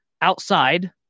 outside